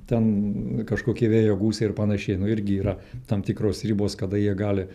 ten kažkokie vėjo gūsiai ir panašiai nu irgi yra tam tikros ribos kada jie gali